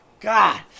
God